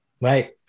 Right